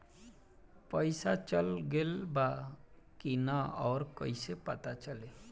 पइसा चल गेलऽ बा कि न और कइसे पता चलि?